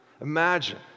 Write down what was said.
Imagine